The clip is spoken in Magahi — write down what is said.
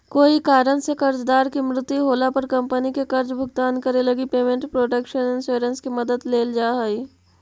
कोई कारण से कर्जदार के मृत्यु होला पर कंपनी के कर्ज भुगतान करे लगी पेमेंट प्रोटक्शन इंश्योरेंस के मदद लेल जा हइ